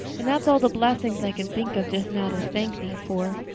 and that's all the blessings i can think of just now to thank thee for.